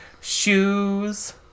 shoes